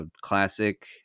classic